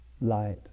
light